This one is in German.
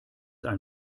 ein